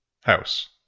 house